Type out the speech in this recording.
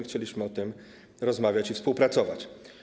Chcieliśmy o tym rozmawiać i współpracować.